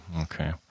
okay